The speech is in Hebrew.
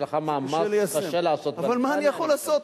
יש לך מאמץ קשה לעשות, אבל מה אני יכול לעשות?